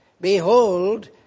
Behold